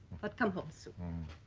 but come home soon